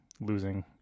losing